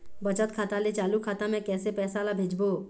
बचत खाता ले चालू खाता मे कैसे पैसा ला भेजबो?